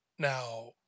Now